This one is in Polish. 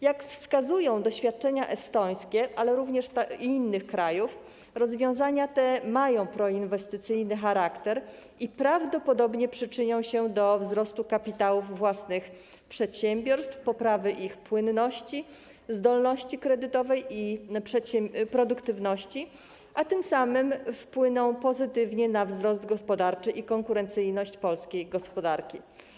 Jak wskazują doświadczenia estońskie, ale również innych krajów, rozwiązania te mają proinwestycyjny charakter i prawdopodobnie przyczynią się do wzrostu kapitałów własnych przedsiębiorstw, poprawy ich płynności, zdolności kredytowej i produktywności, a tym samym wpłyną pozytywnie na wzrost gospodarczy i konkurencyjność polskiej gospodarki.